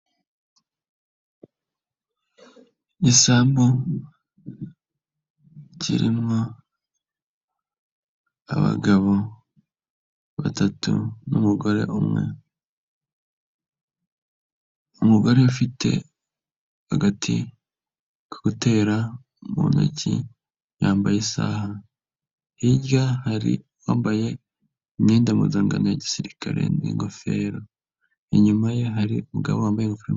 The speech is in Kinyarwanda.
Igisambu kirimo abagabo batatu n'umugore umwe, umugore afite agati ko gutera mu ntoki, yambaye isaha, hirya hari wambaye imyenda ya gisirikare n'ingofero, inyuma ye hari umugabo wambaye ingofero.